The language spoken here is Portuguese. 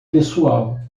pessoal